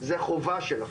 זאת החובה שלכם.